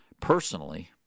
personally